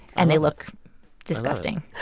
and they look disgusting